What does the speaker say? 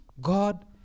God